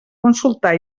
consultar